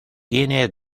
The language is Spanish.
tiene